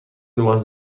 لباس